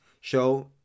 show